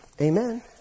amen